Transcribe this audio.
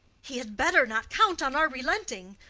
he had better not count on our relenting,